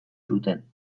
zuten